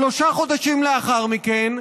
שלושה חודשים לאחר מכן,